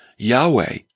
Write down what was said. Yahweh